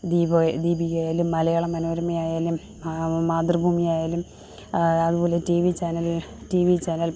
ദീപോ ദീപികയായാലും മലയാള മനോരമയായാലും മാതൃഭൂമിയായാലും അതുപോലെ TV channel TV channel